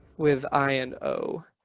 with i and o,